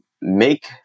make